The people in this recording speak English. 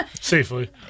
Safely